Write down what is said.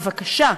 בבקשה,